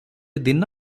ଦିନ